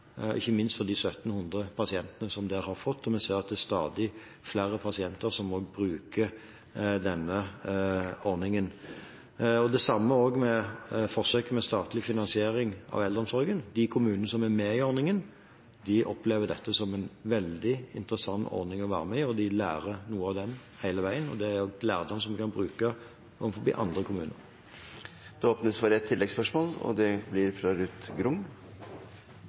ikke minst for de 1 700 pasientene som har fått behandling, og vi ser at det er stadig flere pasienter som bruker denne ordningen. Det samme gjelder forsøket med statlig finansiering av eldreomsorgen. De kommunene som er med i ordningen, opplever dette som en veldig interessant ordning å være med i, og de lærer noe av den hele veien. Det er lærdom som vi kan bruke overfor andre kommuner. Det åpnes for ett oppfølgingsspørsmål – Ruth Grung. Det